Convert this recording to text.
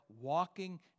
walking